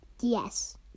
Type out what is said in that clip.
Yes